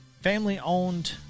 family-owned